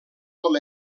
com